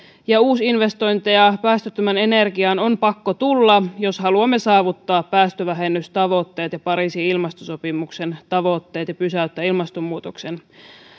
ja uusinvestointeja päästöttömään energiaan on pakko tulla jos haluamme saavuttaa päästövähennystavoitteet ja pariisin ilmastosopimuksen tavoitteet ja pysäyttää ilmastonmuutoksen